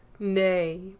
Nay